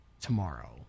tomorrow